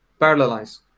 parallelize